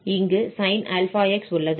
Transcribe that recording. இங்கு sin αx உள்ளது